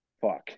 Fuck